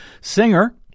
Singer